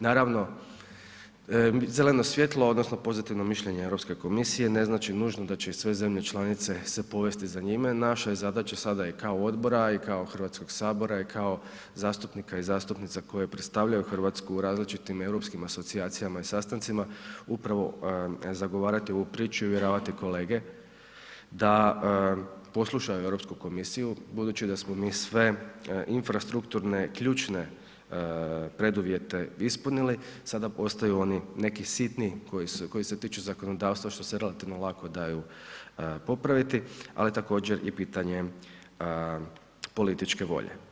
Naravno, zeleno svjetlo odnosno pozitivno mišljenje Europske komisije ne znači nužno da će i sve zemlje članice se povesti za njime, naša je zadaća sada i kao odbora, a i kao HS i kao zastupnika i zastupnica koje predstavljaju RH u različitim europskim asocijacijama i sastancima upravo zagovarati ovu priču i uvjeravati kolege da poslušaju Europsku komisiju budući da smo mi sve infrastrukturne ključne preduvjete ispunili, sada ostaju oni neki sitni koji se tiču zakonodavstva što se relativno lako daju popraviti, ali također i pitanje političke volje.